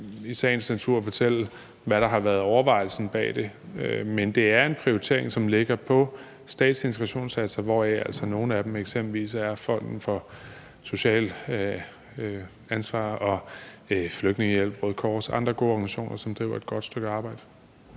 i sagens natur ikke fortælle, hvad der har været overvejelsen bag det. Men det er en prioritering, som ligger på statens integrationsindsatser, hvoraf nogle altså eksempelvis er Fonden for Socialt Ansvar og Dansk Flygtningehjælp og Røde Kors og andre organisationer, som driver et godt stykke arbejde.